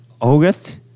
August